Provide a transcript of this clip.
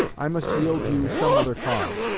i must yield you some other cause.